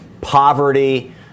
poverty